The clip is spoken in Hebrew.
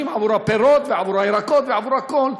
עבור הפירות ועבור הירקות ועבור הכול.